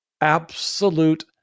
absolute